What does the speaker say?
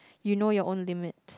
you know your own limit